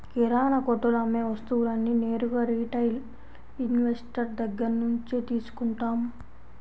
కిరణాకొట్టులో అమ్మే వస్తువులన్నీ నేరుగా రిటైల్ ఇన్వెస్టర్ దగ్గర్నుంచే తీసుకుంటాం